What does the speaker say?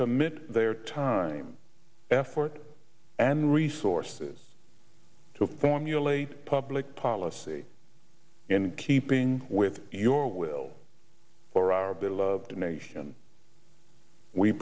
commit their time effort and resources to formulate public policy in keeping with your will for our beloved nation we